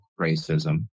racism